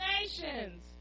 nations